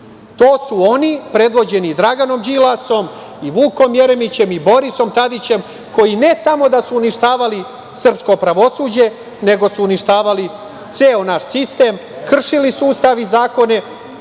To su oni predvođeni Draganom Đilasom, Vukom Jeremićem i Borisom Tadićem, koji ne samo da su uništavali srpsko pravosuđe, nego su uništavali ceo naš sistem, kršili su Ustav i zakone,